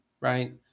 right